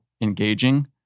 engaging